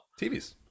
TVs